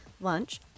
lunch